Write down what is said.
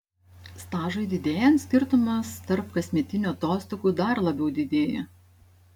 stažui didėjant skirtumas tarp kasmetinių atostogų dar labiau didėja